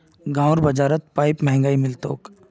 गांउर बाजारत पाईप महंगाये मिल तोक